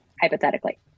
hypothetically